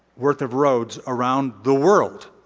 worth of roads around the world.